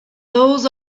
those